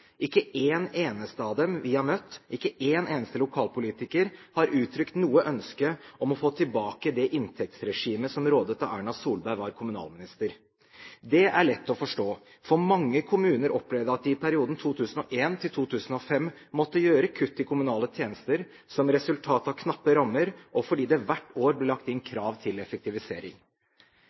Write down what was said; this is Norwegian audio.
Ikke en eneste av dem vi har møtt, ikke en eneste lokalpolitiker, har uttrykt noe ønske om å få tilbake det inntektsregimet som rådet da Erna Solberg var kommunalminister. Det er lett å forstå, for mange kommuner opplevde at de i perioden 2001–2005 måtte gjøre kutt i kommunale tjenester – som resultat av knappe rammer og fordi det hvert år ble lagt inn krav til effektivisering.